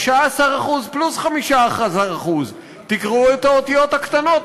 15% פלוס 15%. תקראו את האותיות הקטנות.